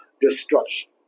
destruction